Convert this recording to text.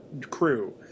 crew